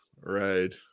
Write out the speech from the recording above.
Right